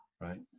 right